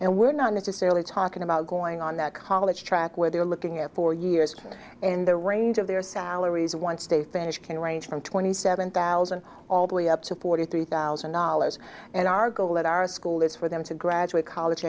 and we're not necessarily talking about going on that college track where they're looking at four years in the range of their salaries one state fans can range from twenty seven thousand all the way up to forty three thousand dollars and our goal at our school is for them to graduate college